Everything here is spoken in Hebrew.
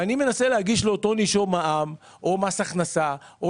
אני מנסה להגיש לאותו נישום מע"מ או מס הכנסה או